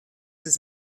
his